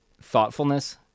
thoughtfulness